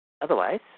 Otherwise